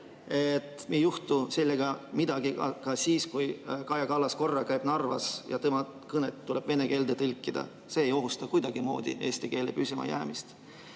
areneb. Ei juhtu sellega midagi ka siis, kui Kaja Kallas korra käib Narvas ja tema jutt tuleb vene keelde tõlkida. See ei ohusta kuidagimoodi eesti keele püsimajäämist.